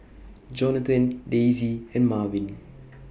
Johnathan Daisie and Marvin